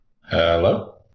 Hello